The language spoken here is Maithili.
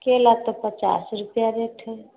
केला तऽ पचास रुपआ रेट हय